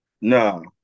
No